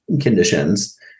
conditions